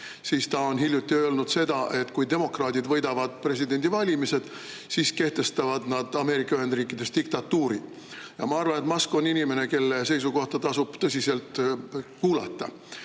siis ta on hiljuti öelnud seda, et kui demokraadid võidavad presidendivalimised, siis kehtestavad nad Ameerika Ühendriikides diktatuuri. Ma arvan, et Musk on inimene, kelle seisukohta tasub tõsiselt kuulata.